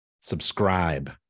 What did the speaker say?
Subscribe